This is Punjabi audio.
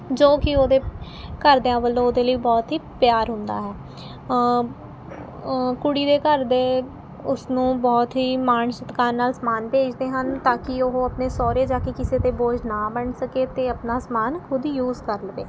ਜੋ ਕਿ ਉਹਦੇ ਘਰਦਿਆਂ ਵੱਲੋਂ ਉਹਦੇ ਲਈ ਬਹੁਤ ਹੀ ਪਿਆਰ ਹੁੰਦਾ ਹੈ ਕੁੜੀ ਦੇ ਘਰ ਦੇ ਉਸਨੂੰ ਬਹੁਤ ਹੀ ਮਾਣ ਸਤਿਕਾਰ ਨਾਲ ਸਮਾਨ ਭੇਜਦੇ ਹਨ ਤਾਂ ਕਿ ਉਹ ਆਪਣੇ ਸਹੁਰੇ ਜਾ ਕੇ ਕਿਸੇ 'ਤੇ ਬੋਝ ਨਾ ਬਣ ਸਕੇ ਅਤੇ ਆਪਣਾ ਸਮਾਨ ਖੁਦ ਯੂਜ਼ ਕਰ ਲਵੇ